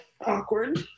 awkward